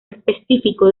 específico